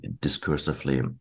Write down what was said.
discursively